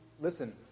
listen